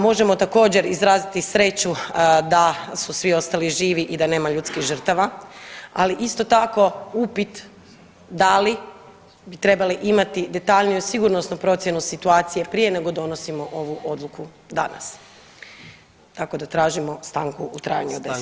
Možemo također izraziti sreću da su svi ostali živi i da nema ljudskih žrtava, ali isto tako upit da li bi trebali imati detaljniju sigurnosnu procjenu situacije prije nego donosimo ovu odluku danas, tako da tražimo stanku u trajanju od deset minuta.